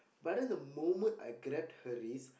but then the moment I grabbed her wrist